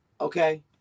Okay